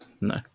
No